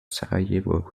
sarajevo